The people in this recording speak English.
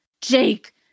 Jake